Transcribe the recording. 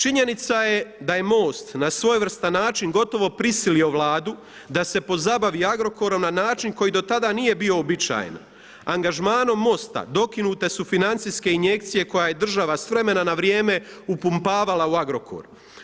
Činjenica je da je MOST na svojevrstan način gotovo prisilio Vladu da se pozabavi Agrokorom na način koji do tada nije bio uobičajen, angažmanom MOST-a dokinute su financijske injekcije koje je država s vremena na vrijeme upumpavala u Agrokor.